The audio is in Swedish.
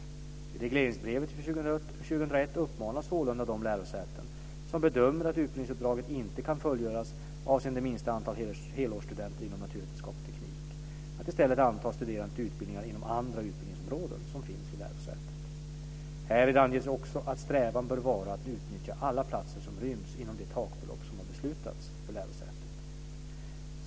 I regleringsbreven för 2001 uppmanas sålunda de lärosäten som bedömer att utbildningsuppdraget inte kan fullgöras avseende minsta antal helårsstudenter inom naturvetenskap och teknik att i stället anta studerande till utbildningar inom andra utbildningsområden som finns vid lärosätet. Härvid anges också att strävan bör vara att utnyttja alla platser som ryms inom det takbelopp som har beslutats för lärosätet.